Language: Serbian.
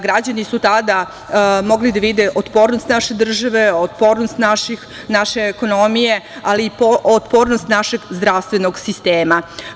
Građani su tada mogli da vide otpornost naše države, otpornost naše ekonomije, ali i otpornost našeg zdravstvenog sistema.